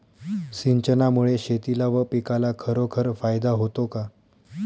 सिंचनामुळे शेतीला व पिकाला खरोखर फायदा होतो का?